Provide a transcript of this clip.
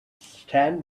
stand